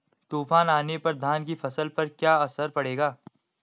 तूफान आने पर धान की फसलों पर क्या असर पड़ेगा?